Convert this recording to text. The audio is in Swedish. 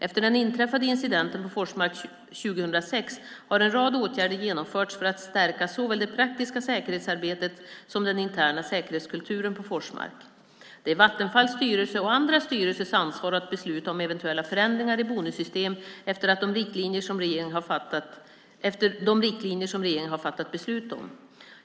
Efter den inträffade incidenten på Forsmark 2006 har en rad åtgärder genomförts för att stärka såväl det praktiska säkerhetsarbetet som den interna säkerhetskulturen på Forsmark. Det är Vattenfalls styrelses och andra styrelsers ansvar att besluta om eventuella förändringar i bonussystem efter de riktlinjer som regeringen har fattat beslut om.